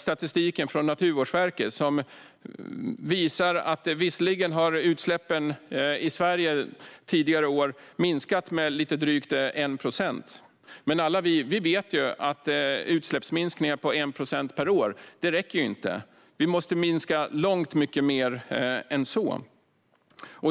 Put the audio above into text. statistiken från Naturvårdsverket. Den visar visserligen att utsläppen i Sverige tidigare år minskat med lite drygt 1 procent. Men alla vi vet att utsläppsminskningar på 1 procent per år inte räcker. Vi måste minska långt mycket mer än så.